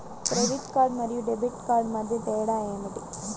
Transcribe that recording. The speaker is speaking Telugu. క్రెడిట్ కార్డ్ మరియు డెబిట్ కార్డ్ మధ్య తేడా ఏమిటి?